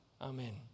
Amen